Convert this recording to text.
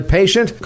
patient